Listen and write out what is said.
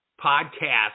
podcast